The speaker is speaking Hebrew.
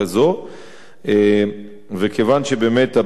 כיוון שבאמת הבעיה היא בעיה אמיתית